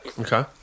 Okay